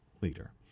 leader